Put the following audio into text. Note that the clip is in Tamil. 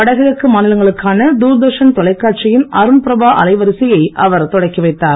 வடகிழக்கு மாநிலங்களுக்கான தூர்தர்ஷன் தொலைக்காட்சியின் அருண்பிரபா அலைவரிசையை அவர் தொடக்கி வைத்தார்